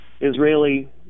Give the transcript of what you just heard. Israeli